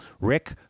Rick